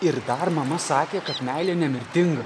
ir dar mama sakė kad meilė nemirtinga